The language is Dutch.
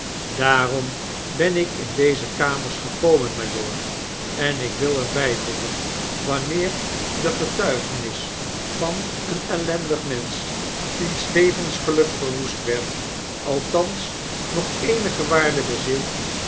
daarom ben ik in deze kamers gekomen majoor en ik wil er byvoegen wanneer de getuigenis van een ellendig mensch wiens levensgeluk verwoest werd althans nog eenige waarde bezit